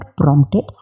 prompted